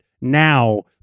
now